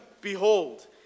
behold